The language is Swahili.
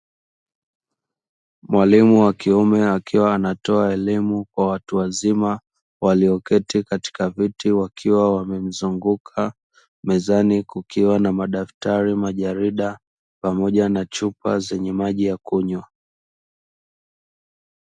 Mwalimu wa kiume akiwa anatoa elimu kwa watu wazima walioketi katika viti wakiwa wamemzunguka, mezani kukiwa na madaftari, majarida pamoja na chupa zenye maji ya kunywa.